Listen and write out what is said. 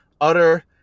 utter